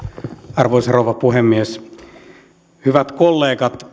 arvoisa rouva puhemies hyvät kollegat